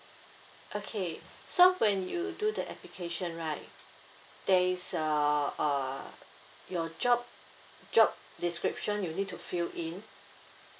okay so when you do the application right there is uh uh your job job description you need to fill in